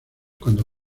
cuando